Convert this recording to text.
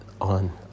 on